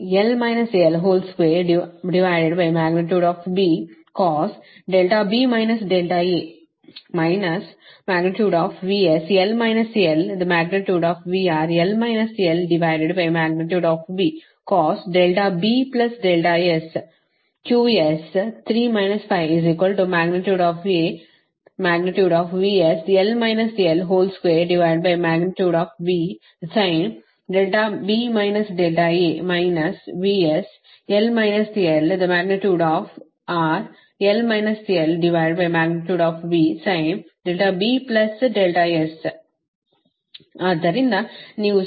ಆದ್ದರಿಂದ ಇವು ಸಮೀಕರಣ 82 ಮತ್ತು ಸಮೀಕರಣ 83